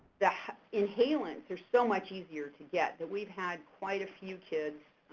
the inhalants are so much easier to get, but we've had quite a few kids